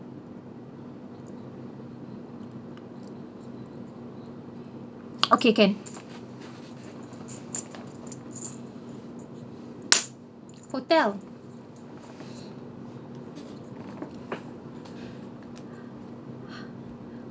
okay can hotel